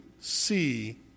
see